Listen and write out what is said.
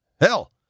Hell